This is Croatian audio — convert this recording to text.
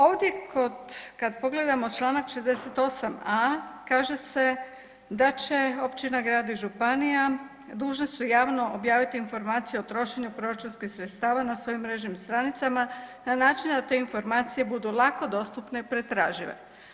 Ovdje kad pogledamo čl. 68.a kaže se da će općina, grad i županija dužne su javno objaviti informaciju o trošenju proračunskih sredstava na svojim mrežnim stranicama, na način da te informacije budu lako dostupne i pretražive.